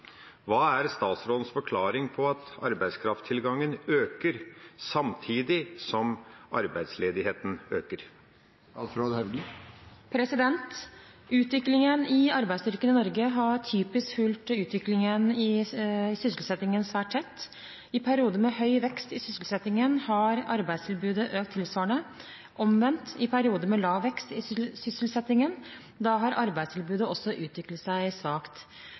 Hva er statsrådens forklaring på at arbeidskrafttilgangen øker samtidig som arbeidsledigheten øker?» Utviklingen i arbeidsstyrken i Norge har typisk fulgt utviklingen i sysselsettingen svært tett. I perioder med høy vekst i sysselsettingen har arbeidstilbudet økt tilsvarende. Det har vært omvendt i perioder med lav vekst i sysselsettingen. Da har arbeidstilbudet også utviklet seg svakt.